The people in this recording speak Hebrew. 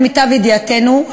למיטב ידיעתנו,